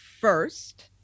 first